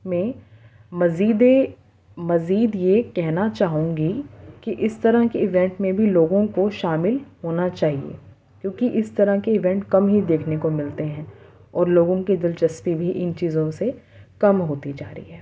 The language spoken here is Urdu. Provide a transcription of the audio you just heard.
میں مزیدے مزید یہ کہنا چاہوں گی کہ اس طرح کے ایونٹ میں بھی لوگوں کو شامل ہونا چاہیے کیونکہ اس طرح کے ایونٹ کم ہی دیکھنے کو ملتے ہیں اور لوگوں کے دلچسپی بھی ان چیزوں سے کم ہوتی جا رہی ہے